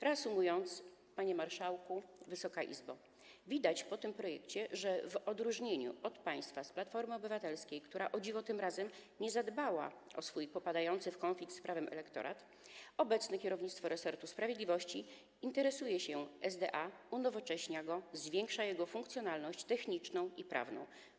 Reasumując, panie marszałku, Wysoka Izbo, widać po tym projekcie, że w odróżnieniu od państwa z Platformy Obywatelskiej, która, o dziwo, tym razem nie zadbała o swój popadający w konflikt z prawem elektorat, obecne kierownictwo resortu sprawiedliwości interesuje się SDE, unowocześnia go oraz zwiększa jego funkcjonalność techniczną i prawną.